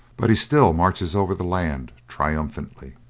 but he still marches over the land triumphantly.